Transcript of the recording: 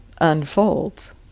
unfolds